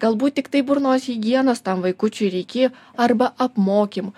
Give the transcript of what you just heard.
galbūt tiktai burnos higienos tam vaikučiui reikėjo arba apmokymų